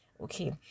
okay